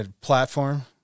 platform